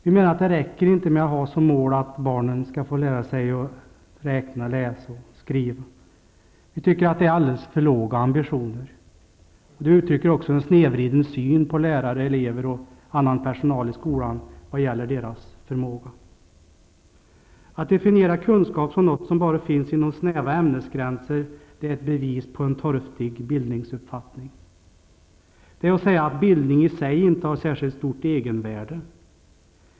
Vi menar att det inte räcker med att ha som mål att barnen skall få lära sig räkna, läsa och skriva. Vi tycker att det är alldeles för låga ambitioner. Det uttrycker också en snedvriden syn på lärare, elever och annan personal i skolan vad gäller deras förmåga. Att definiera kunskap som något som finns bara inom snäva ämnesgränser är ett bevis för torftig bildningsuppfattning. Det är att säga att bildning i sig inte har särskilt stort egenvärde.